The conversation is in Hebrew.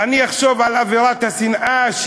אני אחשוב על אווירת השנאה,